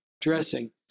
dressing